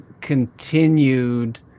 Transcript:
continued